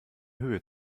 höhe